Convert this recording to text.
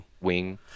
wing